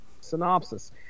synopsis